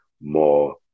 more